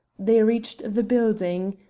they reached the building.